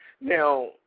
Now